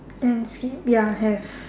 and skip ya have